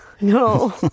No